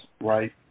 right